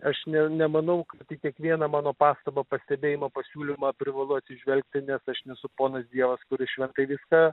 aš ne nemanau kad į kiekvieną mano pastabą pastebėjimą pasiūlymą privalu atsižvelgti nes aš nesu ponas dievas kuris šventai viską